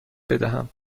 بدهم